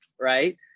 right